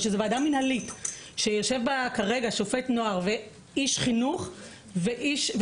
שזו ועדה מינהלית שיושב בה כרגע שופט נוער ואיש חינוך ופסיכולוג,